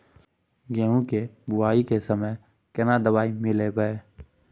गहूम के बुनाई के समय केना दवाई मिलैबे?